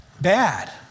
bad